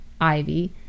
ivy